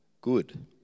good